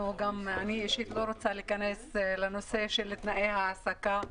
אישית, אני לא רוצה להיכנס לנושא של תנאי העסקה.